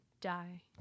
die